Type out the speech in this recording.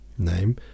name